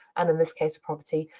and in this case, property,